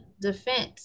defense